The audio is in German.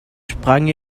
sprang